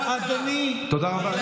אז אדוני, תודה רבה.